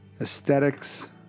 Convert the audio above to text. aesthetics